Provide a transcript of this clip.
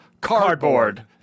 Cardboard